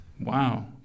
Wow